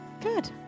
good